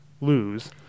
lose